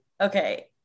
okay